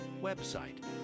website